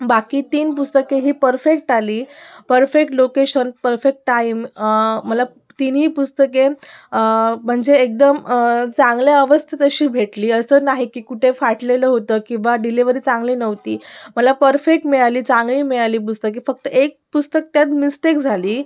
बाकी तीन पुस्तके ही परफेक्ट आली परफेक्ट लोकेशन परफेक्ट टाईम मला तीनही पुस्तके म्हणजे एकदम चांगल्या अवस्थेत अशी भेटली असं नाही की कुठे फाटलेलं होतं की बा डिलेवरी चांगली नव्हती मला परफेक्ट मिळाली चांगली मिळाली पुस्तके फक्त एक पुस्तक त्यात मिस्टेक झाली